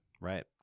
Right